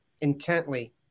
intently